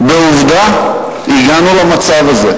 בעובדה, הגענו למצב הזה.